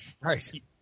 right